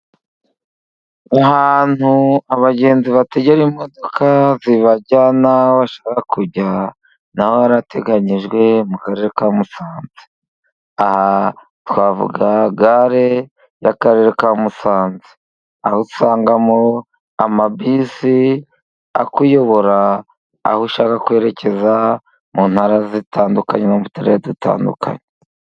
Ahantu abagenzi bategera imodoka zibajyana aho bashaka kujya, naho harateganyijwe mu Karere ka Musanze. Twavuga gare y'akarere ka Musanze, aho usangamo amabisi akuyobora aho ushaka kwerekeza, mu ntara zitandukanye, mu turere dutandukanye.